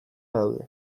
badaude